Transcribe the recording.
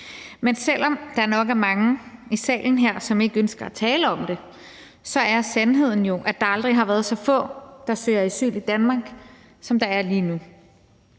Men selv om der nok er mange i salen her, som ikke ønsker at tale om det, så er sandheden jo, at der aldrig har været så få, der søger asyl i Danmark, som der er lige nu.